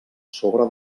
sobre